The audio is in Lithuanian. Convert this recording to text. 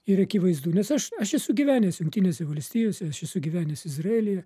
ir akivaizdu nes aš aš esu gyvenęs jungtinėse valstijose aš esu gyvenęs izraelyje